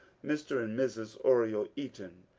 mr. and mrs. oriel eaton,